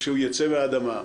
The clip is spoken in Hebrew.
כשהוא ייצא מהאדמה.